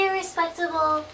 respectable